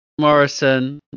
Morrison